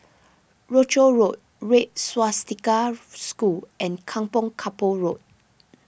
Rochor Road Red Swastika School and Kampong Kapor Road